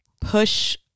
push